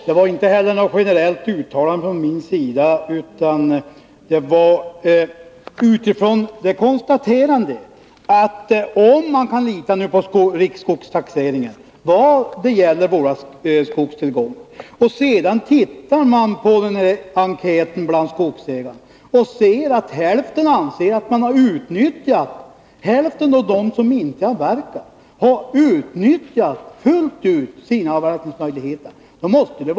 Det var inte heller något generellt uttalande jag gjorde, utan jag konstaterade bara, att om man kan lita på riksskogstaxeringen i vad gäller våra skogstillgångar, måste det vara något fel på enkäten bland skogsägarna, när hälften av dem som inte avverkat anser att de har utnyttjat sina avverkningsmöjligheter fullt ut.